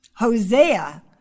Hosea